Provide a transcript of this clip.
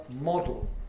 model